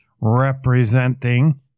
representing